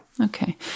Okay